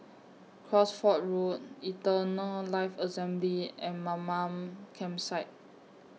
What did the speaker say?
Cosford Road Eternal Life Assembly and Mamam Campsite